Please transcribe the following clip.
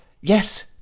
yes